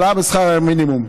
את ההעלאה בשכר המינימום.